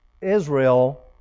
Israel